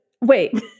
Wait